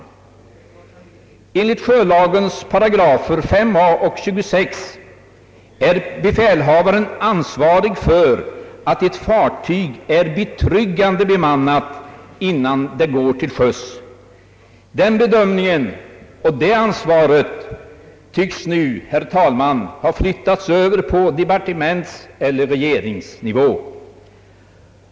Enligt §§ 2, 3 och 26 sjölagen är befälhavaren ansvarig för att ett fartyg är betryggande bemannat innan det går till sjöss. Den bedömningen och det ansvaret tycks nu, herr talman, ha flyttats över på departementseller regeringsnivå.